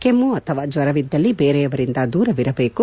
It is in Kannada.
ಕೆಮ್ಮು ಅಥವಾ ಜ್ವರವಿದ್ದಲ್ಲಿ ಬೇರೆಯವರಿಂದ ದೂರವಿರಬೇಕು